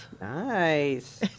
Nice